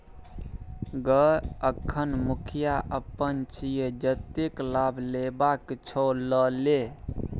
गय अखन मुखिया अपन छियै जतेक लाभ लेबाक छौ ल लए